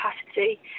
capacity